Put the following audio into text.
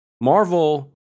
Marvel